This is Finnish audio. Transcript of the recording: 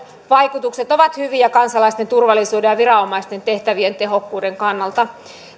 vaikutukset ovat hyviä kansalaisten turvallisuuden ja viranomaisten tehtävien tehokkuuden kannalta